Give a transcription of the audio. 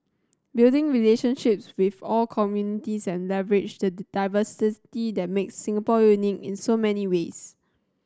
build relationships with all communities and leverage the diversity that makes Singapore unique in so many ways